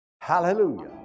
Hallelujah